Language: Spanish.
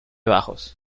bajos